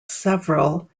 several